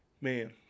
man